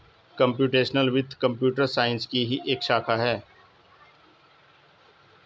computational वित्त computer science की ही एक शाखा है